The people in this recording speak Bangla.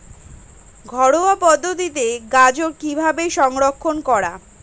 ঘরোয়া পদ্ধতিতে গাজর কিভাবে সংরক্ষণ করা?